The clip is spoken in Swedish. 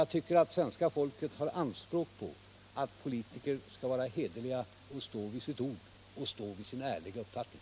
Jag tycker att svenska folket har rätt att ställa anspråk på att politiker skall vara hederliga och stå vid sitt ord och sin ärliga uppfattning.